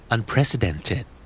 Unprecedented